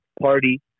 party